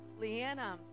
Leanna